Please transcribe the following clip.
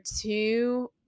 two